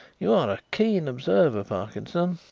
you are a keen observer, parkinson.